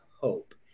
hope